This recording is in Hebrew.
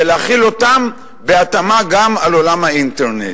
ולהחיל אותם בהתאמה גם על עולם האינטרנט.